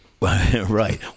Right